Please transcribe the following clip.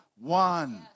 one